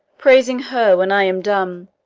praising her when i am dumb.